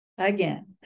Again